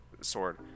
sword